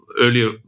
earlier